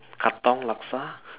Katong laksa